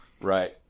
Right